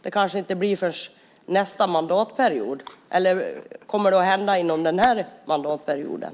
Det kanske inte blir förrän nästa mandatperiod, eller kommer det att hända inom den här mandatperioden?